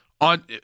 on